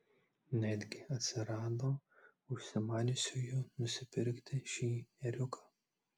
netgi atsirado užsimaniusiųjų nusipirkti šį ėriuką